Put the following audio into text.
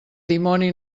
dimoni